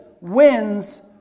wins